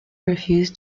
refused